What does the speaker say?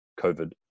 COVID